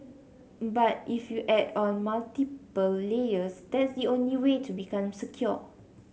but if you add on multiple layers that the only way to become secure